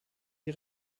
die